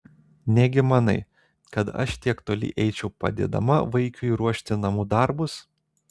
negi manai kad aš tiek toli eičiau padėdama vaikiui ruošti namų darbus